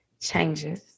changes